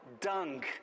dung